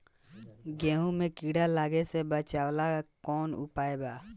गेहूँ मे कीड़ा लागे से बचावेला कौन उपाय बा?